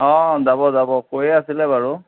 অঁ যাব যাব কৈয়ে আছিলে বাৰু